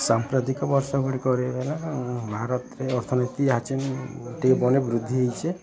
ସାମ୍ପ୍ରତିକ ବର୍ଷଗୁଡ଼ିକରେ ହେଲା ଭାରତରେ ଅର୍ଥନୀତି ବୃଦ୍ଧି ହେଇଛି